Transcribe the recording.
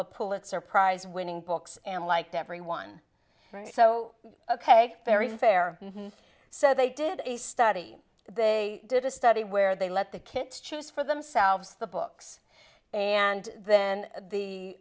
the pulitzer prize winning books and liked everyone so ok very fair so they did a study they did a study where they let the kids choose for themselves the books and then